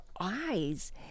eyes